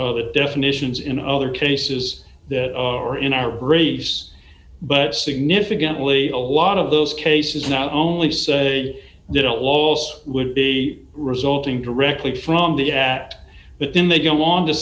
of the definitions in other cases that are in our graves but significantly a lot of those cases not only say they don't last would be resulting directly from the act but then they go on to